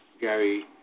Gary